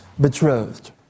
betrothed